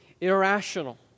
irrational